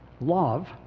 love